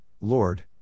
Lord